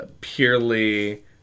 purely